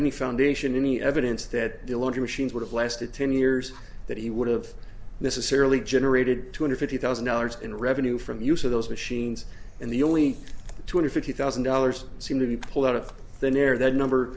any foundation any evidence that the laundry machines would have lasted ten years that he would have necessarily generated two hundred fifty thousand dollars in revenue from the use of those machines and the only two hundred fifty thousand dollars seem to be pulled out of thin air that number